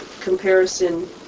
comparison